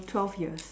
twelve years